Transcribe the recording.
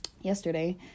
yesterday